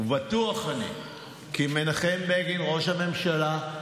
ובטוח אני כי מנחם בגין, ראש הממשלה,